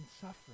suffering